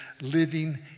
living